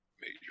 Major